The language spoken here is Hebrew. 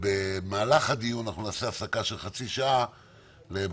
במהלך הדיון אנחנו נעשה הפסקה של חצי שעה לברכות,